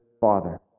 Father